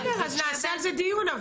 בסדר, אז נעשה על זה דיון.